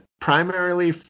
primarily